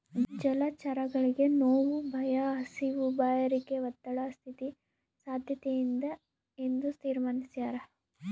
ಜಲಚರಗಳಿಗೆ ನೋವು ಭಯ ಹಸಿವು ಬಾಯಾರಿಕೆ ಒತ್ತಡ ಸ್ಥಿತಿ ಸಾದ್ಯತೆಯಿಂದ ಎಂದು ತೀರ್ಮಾನಿಸ್ಯಾರ